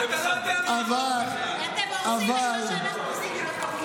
על מה הסעיף הראשון בחוק?